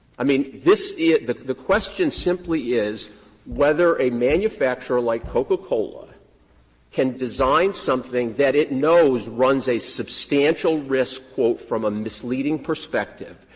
i mean, this the the question simply is whether a manufacturer like coca-cola can design something that it knows runs a substantial risk, quote, from a misleading perspective.